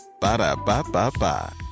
Ba-da-ba-ba-ba